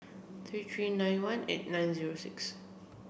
three three nine one eight nine zero six